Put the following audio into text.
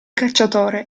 cacciatore